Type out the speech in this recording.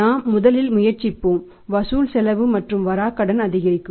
நாம் முதலில் முயற்சிப்போம் வசூல் செலவு மற்றும் வராக்கடன் அதிகரிக்கும்